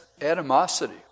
animosity